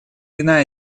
иная